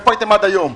איפה הייתם עד היום?